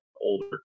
older